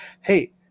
hey